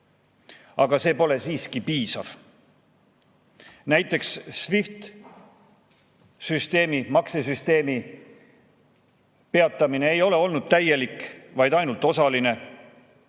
Aga see pole siiski piisav. Näiteks SWIFT-süsteemi, maksesüsteemi peatamine ei ole olnud täielik, vaid ainult osaline.